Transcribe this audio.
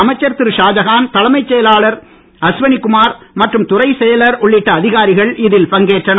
அமைச்சர் திரு ஷாஜகான் தலைமை செயலாளர் அஸ்வனி குமார் மற்றும் துறை செயலாளர் உள்ளிட்ட அதிகாரிகள் இதில் பங்கேற்றனர்